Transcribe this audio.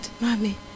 mommy